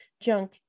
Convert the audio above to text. junk